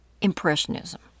Impressionism